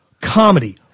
comedy